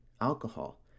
alcohol